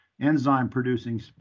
enzyme-producing